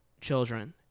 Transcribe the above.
children